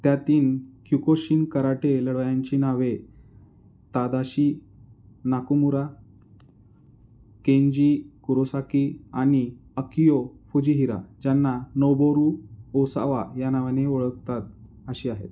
त्यातील Kyokushin karate लढवयांची नावे तादाशी नाकुमुरा केनजी कुरोसाकी आणि अकियो फुजीहिरा ज्यांना नोबोरू ओसावा या नावाने ओळखतात अशी आहेत